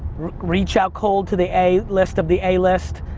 reach out cold to the a list of the a list.